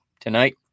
tonight